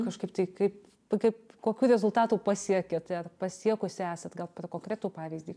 kažkaip tai kaip kokių rezultatų pasiekėte pasiekusi esat gal per konkretų pavyzdį